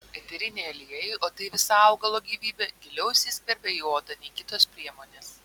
eteriniai aliejai o tai visa augalo gyvybė giliau įsiskverbia į odą nei kitos priemonės